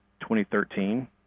2013